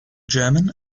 german